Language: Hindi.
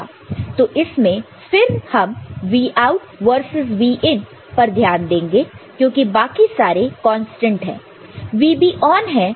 तो इसमें फिर हम Vout versus Vin पर ध्यान देंगे क्योंकि बाकी सारे कांस्टेंट है